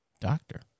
doctor